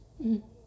mm